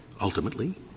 ultimately